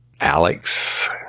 Alex